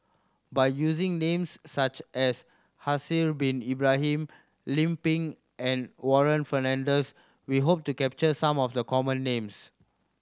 by using names such as Haslir Bin Ibrahim Lim Pin and Warren Fernandez we hope to capture some of the common names